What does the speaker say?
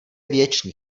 věčný